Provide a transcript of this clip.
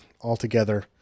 altogether